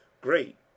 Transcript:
great